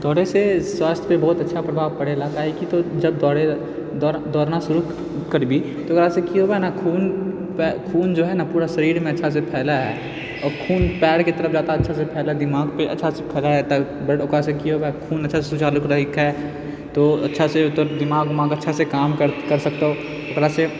दोड़ैसँ स्वास्थ्यपर बहुत अच्छा प्रभाव पड़ै ला काहेकि तू जब दौड़ै लअ दौड़ना दौड़ना शुरू करबिही तऽ ओकरासँ की होबै ने खूनपर खून जो है न पूरा शरीरमे अच्छासँ फैलै है आओर खून पयरके तरफ जादा अच्छासँ फैलै दिमागपर अच्छासँ फैलै हँ तब ओकरासँ की होबै खून अच्छासँ सुचालित रहै तो अच्छासँ दिमाग उमाग अच्छासँ काम कर सकतौ ओकरासँ